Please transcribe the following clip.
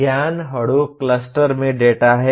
ज्ञान Hadoop cluster में data है